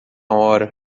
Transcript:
hora